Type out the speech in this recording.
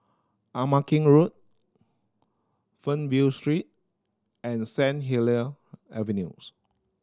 Ama Keng Road Fernvale Street and Saint Helier Avenues